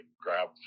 grab